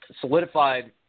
solidified